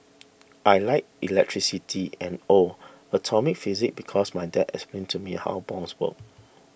I like electricity and oh atomic physics because my dad explained to me how bombs work